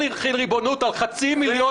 צריך להחיל את הריבונות על חצי מיליון